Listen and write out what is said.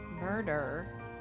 murder